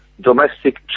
Domestic